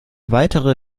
weiteren